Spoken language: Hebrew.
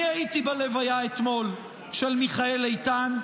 אני הייתי אתמול בלוויה של מיכאל איתן.